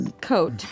coat